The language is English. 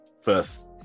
first